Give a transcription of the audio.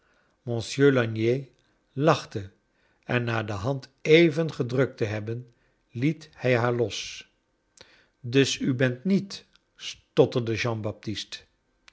mon sieur lagnier lachte en na de hand even gedrukt te hebben liet hij haar los dus u bent niet stotterde